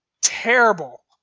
terrible